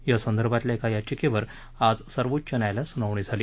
यासंदर्भातल्या एका याचिकेवर आज सर्वोच्च न्यायालयात सुनावणी झाली